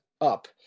up